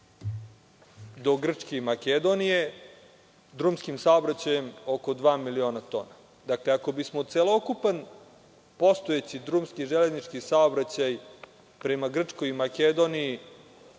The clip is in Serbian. do Grčke i Makedonije, drumskim saobraćajem oko dva miliona tona. Dakle, ako bismo celokupan postojeći drumski i železnički saobraćaj prema Grčkoj i Makedoniji